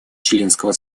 членского